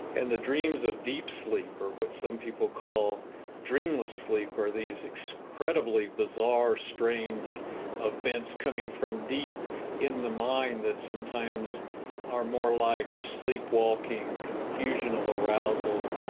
and the dreams of deep sleep are what some people call dreamless sleep, or these incredibly bizarre, strange events coming from deep in the mind that sometimes are more like sleepwalking, confusional arousals,